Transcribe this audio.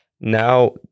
Now